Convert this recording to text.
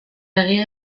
egia